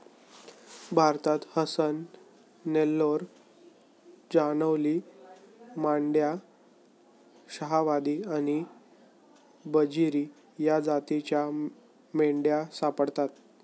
भारतात हसन, नेल्लोर, जालौनी, मंड्या, शाहवादी आणि बजीरी या जातींच्या मेंढ्या सापडतात